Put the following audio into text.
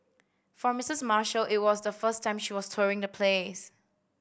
for Missus Marshall it was the first time she was touring the place